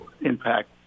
impact